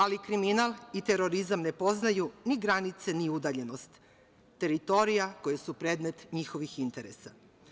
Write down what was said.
Ali kriminal i terorizam ne poznaju ni granice ni udaljenost teritorija koje su predmet njihovih interesa.